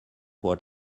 what